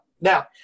Now